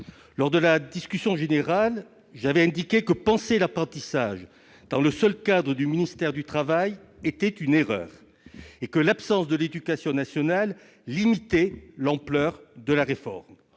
Lors de la discussion générale, j'ai indiqué que penser l'apprentissage dans le seul cadre du ministère du travail était une erreur, et que l'absence du ministère de l'éducation nationale limitait l'ampleur de la réforme.